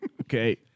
Okay